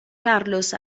carlos